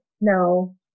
No